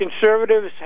Conservatives